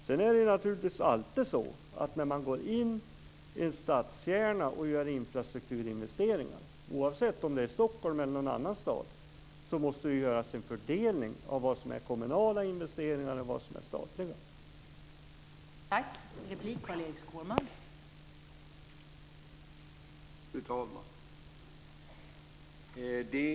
Sedan är det naturligtvis alltid så att när man går in i en stadskärna och gör infrastrukturinvesteringar, oavsett om det är i Stockholm eller i någon annan stad, måste det göras en fördelning av vad som är kommunala investeringar och vad som är statliga investeringar.